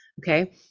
Okay